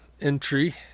entry